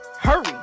Hurry